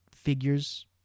figures